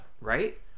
Right